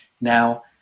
Now